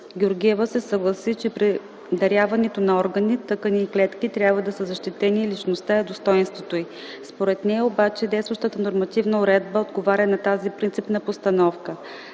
Георгиева се съгласи, че при даряването на органи, тъкани и клетки трябва да са защитени личността и достойнството й. Според нея обаче, действащата нормативна уредба отговаря на тази принципна постановка.